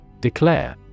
Declare